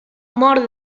mor